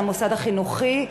למוסד החינוכי,